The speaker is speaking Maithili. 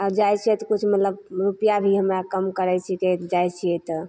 आओर जाइ छिए तऽ किछु मतलब रुपैआ भी हमरा कम करै छिकै जाइ छिए तऽ